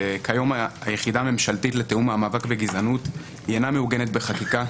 שכיום היחידה הממשלתית לתיאום המאבק בגזענות אינה מעוגנת בחקיקה,